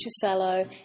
Fellow